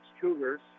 Cougars